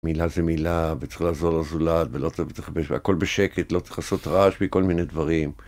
מילה זה מילה, וצריך לעזור לזולת, והכול בשקט, לא צריך לעשות רעש בכל מיני דברים.